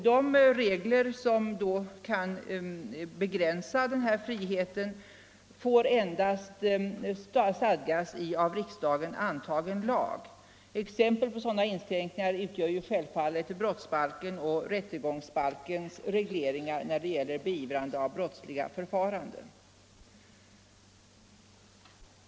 De regler som kan begränsa denna frihet får endast stadgas i av riksdagen antagen lag. Exempel på sådana inskränkningar utgör självfallet brottsbalkens och rättegångsbalkens regleringar när det gäller beivrande av brottsliga förfaranden.